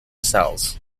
cells